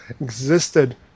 existed